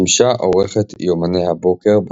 שימשה עורכת יומני הבוקר בתחנה,